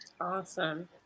Awesome